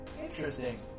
interesting